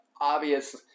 obvious